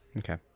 Okay